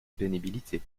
pénibilité